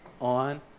on